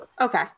Okay